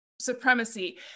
supremacy